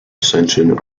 ascension